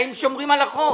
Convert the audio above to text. האם שומרים על החוק?